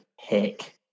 hick